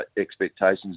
expectations